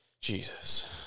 Jesus